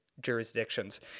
jurisdictions